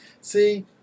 See